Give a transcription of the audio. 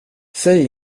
säg